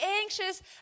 anxious